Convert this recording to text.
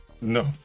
No